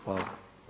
Hvala.